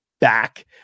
Back